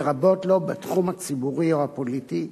לרבות בתחום הציבורי או הפוליטי,